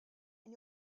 and